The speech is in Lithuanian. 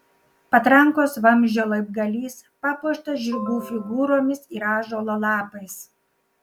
patrankos vamzdžio laibgalys papuoštas žirgų figūromis ir ąžuolo lapais